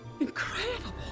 Incredible